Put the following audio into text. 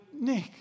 Nick